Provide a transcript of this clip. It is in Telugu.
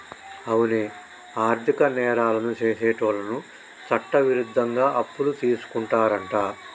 అవునే ఆర్థిక నేరాలను సెసేటోళ్ళను చట్టవిరుద్ధంగా అప్పులు తీసుకుంటారంట